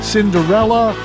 Cinderella